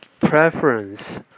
preference